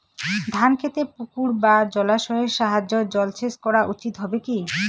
ধান খেতে পুকুর বা জলাশয়ের সাহায্যে জলসেচ করা উচিৎ হবে কি?